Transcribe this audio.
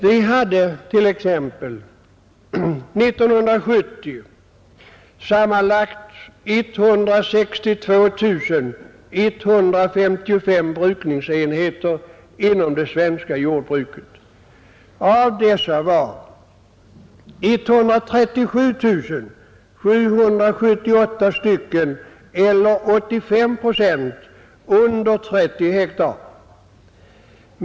Vi hade t.ex. 1970 sammanlagt 162 155 brukningsenheter inom det svenska jordbruket. Av dessa hade 137 778, eller 85 procent, under 30 hektar.